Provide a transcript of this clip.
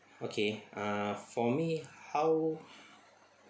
okay uh for me how